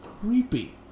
creepy